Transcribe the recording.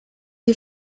die